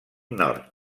nord